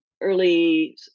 early